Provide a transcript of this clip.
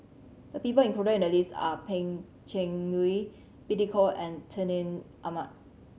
the people included in the list are Pan Cheng Lui Billy Koh and Atin Amat